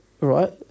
right